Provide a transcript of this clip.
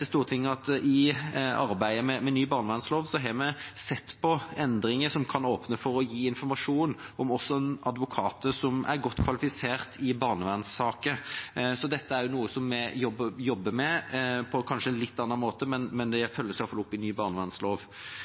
i arbeidet med ny barnevernlov har vi sett på endringer som kan åpne for å gi informasjon om advokater som er godt kvalifiserte i barnevernssaker. Dette er noe som vi jobber med, på kanskje en litt annen måte, men det følges iallfall opp i ny